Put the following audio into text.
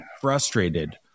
frustrated